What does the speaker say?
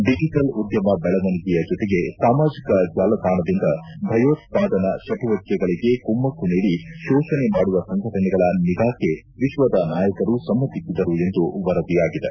digital ಉದ್ಲಮ ಬೆಳವಣಿಗೆಯ ಜೊತೆಗೆ ಸಾಮಾಜಿಕ ಜಾಲತಾಣದಿಂದ ಭಯೋತ್ವಾದನ ಚಟುವಟಕೆಗಳಿಗೆ ಕುಮ್ಮಕ್ತು ನೀಡಿ ಶೋಷಣೆ ಮಾಡುವ ಸಂಘಟನೆಗಳ ನಿಗಾಕ್ಕೆ ವಿಶ್ವದ ನಾಯಕರು ಸಮ್ಮತಿಸಿದರು ಎಂದು ವರದಿಯಾಗಿದೆ